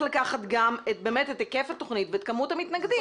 לקחת גם את היקף התוכנית ואת כמות המתנגדים.